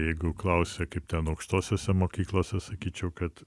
jeigu klausia kaip ten aukštosiose mokyklose sakyčiau kad